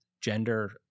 gender